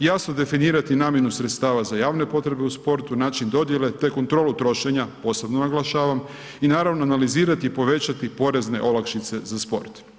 jasno definirati namjenu sredstava za javne potrebe u sportu, način dodjele te kontrolu trošenja, posebno naglašavam i naravno analizirati i povećati porezne olakšice za sport.